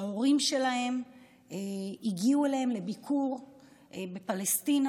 שההורים שלהם הגיעו אליהם לביקור בפלשתינה